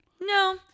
No